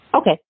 Okay